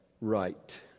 right